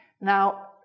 Now